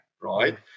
right